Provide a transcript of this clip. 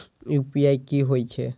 UPI की होई छै?